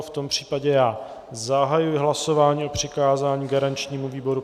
V tom případě zahajuji hlasování o přikázání garančnímu výboru.